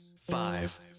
five